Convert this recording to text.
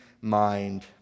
mind